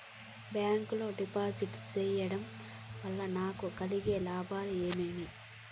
Bank లో డిపాజిట్లు సేయడం వల్ల నాకు కలిగే లాభాలు ఏమేమి?